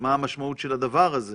מה המשמעות של הדבר הזה